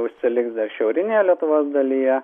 užsiliks šiaurinėje lietuvos dalyje